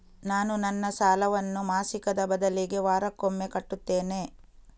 ನಾನು ನನ್ನ ಸಾಲವನ್ನು ಮಾಸಿಕದ ಬದಲಿಗೆ ವಾರಕ್ಕೊಮ್ಮೆ ಕಟ್ಟುತ್ತೇನೆ